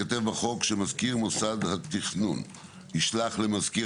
ייכתב בחוק שמזכיר מוסד התכנון ישלח למזכיר